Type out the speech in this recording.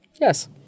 Yes